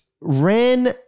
ran